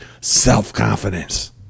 self-confidence